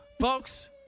Folks